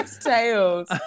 tails